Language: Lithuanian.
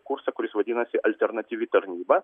kursą kuris vadinasi alternatyvi tarnyba